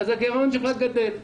הגירעון שלך גדל.